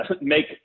make